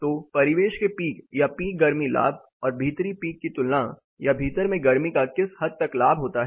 तो परिवेश के पीक या पीक गर्मी लाभ और भीतरी पीक की तुलना या भीतर में गर्मी का किस हद तक लाभ होता है